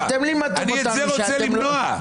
אני את זה רוצה למנוע.